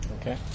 okay